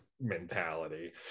mentality